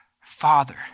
Father